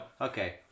okay